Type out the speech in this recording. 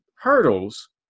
Hurdles